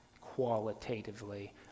qualitatively